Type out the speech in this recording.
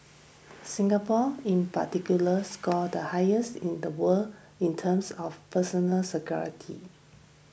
Singapore in particular scored the highest in the world in terms of personal security